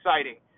exciting